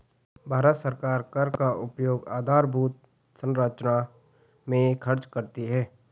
भारत सरकार कर का उपयोग आधारभूत संरचना में खर्च करती है